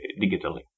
digitally